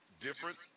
different